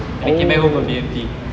and then I came back home from B_M_T